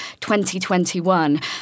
2021